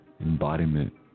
embodiment